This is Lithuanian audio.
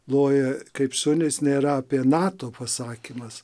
loja kaip šunys nėra apie nato pasakymas